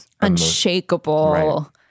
unshakable